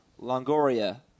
Longoria